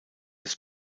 des